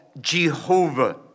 Jehovah